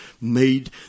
made